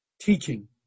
teaching